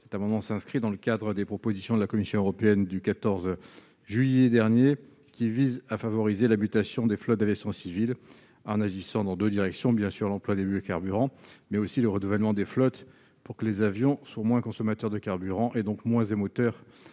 Cet amendement s'inscrit dans le cadre des propositions de la Commission européenne du 14 juillet dernier, qui visent à favoriser la mutation des flottes d'aviation civile en agissant dans deux directions : l'emploi des biocarburants ; le renouvellement des flottes pour que les avions soient moins consommateurs de carburant, et donc moins émetteurs